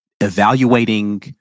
evaluating